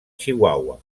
chihuahua